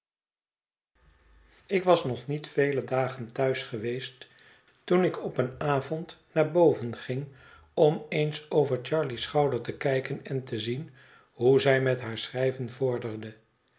ik was nog niet vele dagen thuis geweest toen ik op een avond naar boven ging om eens over charley's schouder te kijken en te zien hoe zij met haar schrijven vorderde